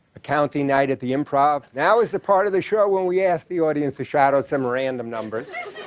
accounting night at the improv. now is the part of the show when we ask the audience to shout out some random numbers.